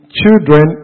children